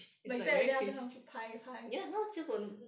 like that 他们 then after 他们去拍拍